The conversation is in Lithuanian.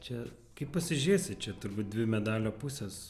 čia kaip pasižiūrėsi čia turbūt dvi medalio pusės